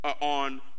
on